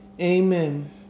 Amen